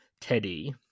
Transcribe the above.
Teddy